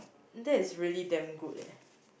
that is really damn good eh